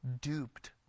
duped